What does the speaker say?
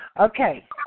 Okay